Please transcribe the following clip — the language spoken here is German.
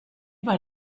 bei